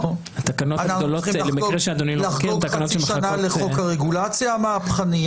אנחנו צריכים לחגוג חצי שנה לחוק הרגולציה המהפכני.